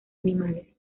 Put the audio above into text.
animales